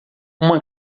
uma